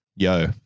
Yo